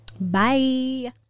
Bye